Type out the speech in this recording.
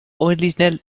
originaire